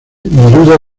neruda